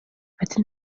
ati